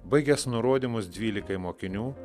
baigęs nurodymus dvylikai mokinių